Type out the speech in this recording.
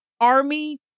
Army